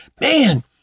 Man